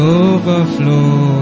overflow